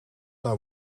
nou